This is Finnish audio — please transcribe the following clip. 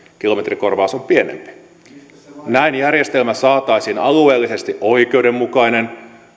kilometrikorvaus on pienempi näin järjestelmästä saataisiin alueellisesti oikeudenmukainen